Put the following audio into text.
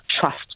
Trust